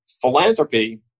philanthropy